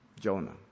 Jonah